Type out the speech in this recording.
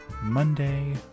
monday